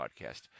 Podcast